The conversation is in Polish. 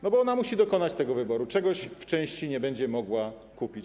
No bo ona musi dokonać tego wyboru, czegoś w części nie będzie mogła kupić.